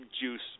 juice